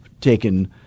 taken